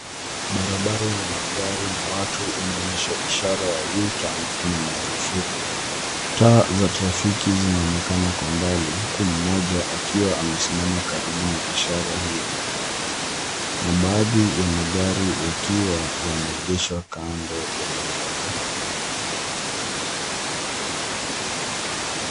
Barabara yenye magari na watu inaonyesha ishara ya U-Turn ni marufuku. Taa za trafiki zinaonekana kwa umbali, huku mmoja akiwa amesimama karibu na ishara hiyo. Na baadhi ya magari yakiwa yameegeshwa kando ya barabara.